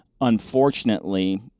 Unfortunately